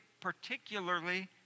particularly